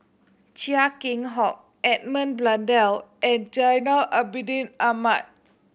Chia Keng Hock Edmund Blundell and Zainal Abidin Ahmad